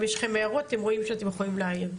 אם יש לכם הערות אתם רואים שאתם יכולים להעיר.